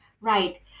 Right